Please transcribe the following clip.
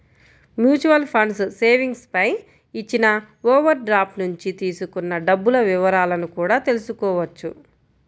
mutual funds savings పై ఇచ్చిన overdraft నుంచి తీసుకున్న డబ్బుల వివరాలను కూడా తెల్సుకోవచ్చు